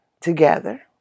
together